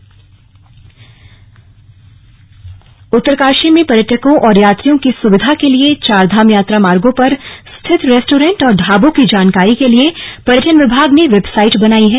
test Uttarkashi Uttarkashi में पर्यटकों और यात्रियों की सुविधा के लिए चारधाम यात्रा मार्गो पर स्थित रेस्टोरेंट और ढाबों की जानकारी के लिए पर्यटन विभाग ने वेबसाइट बनाई है